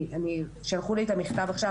שלחו את המכתב עכשיו,